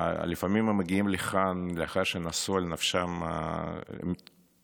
לפעמים הם מגיעים לכאן לאחר שנסו על נפשם מהתופת